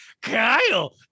Kyle